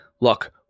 Look